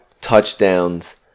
touchdowns